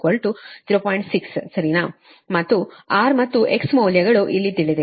ಮತ್ತು R ಮತ್ತು X ಮೌಲ್ಯಗಳು ಇಲ್ಲಿ ತಿಳಿದಿವೆ